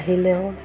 আহিলেও